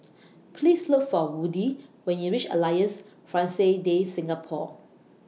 Please Look For Woody when YOU REACH Alliance Francaise De Singapour